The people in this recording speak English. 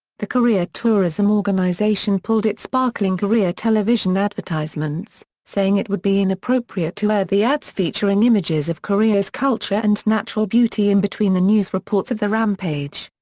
the korea tourism organization pulled its sparkling korea television advertisements, saying it would be inappropriate to air the ads featuring images of korea's culture and natural beauty in between the news reports of the rampage.